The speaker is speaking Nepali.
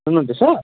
सुन्नु हुँदैछ